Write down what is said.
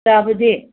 ꯆꯥꯕꯗꯤ